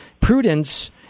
Prudence